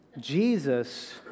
Jesus